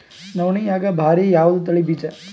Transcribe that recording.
ನವಣಿಯಾಗ ಭಾರಿ ಯಾವದ ತಳಿ ಬೀಜ?